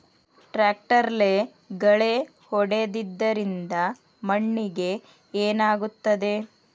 ಟ್ರಾಕ್ಟರ್ಲೆ ಗಳೆ ಹೊಡೆದಿದ್ದರಿಂದ ಮಣ್ಣಿಗೆ ಏನಾಗುತ್ತದೆ?